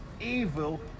evil